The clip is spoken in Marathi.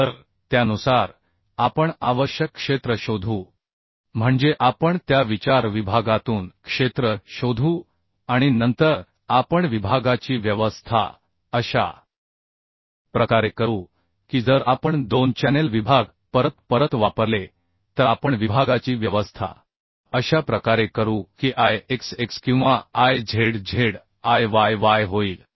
तर त्यानुसार आपण आवश्यक क्षेत्र शोधू म्हणजे आपण त्या विचार विभागातून क्षेत्र शोधू आणि नंतर आपण विभागाची व्यवस्था अशा प्रकारे करू की जर आपण दोन चॅनेल विभाग परत परत वापरले तर आपण विभागाची व्यवस्था अशा प्रकारे करू की Ixx किंवा Izz Iyy होईल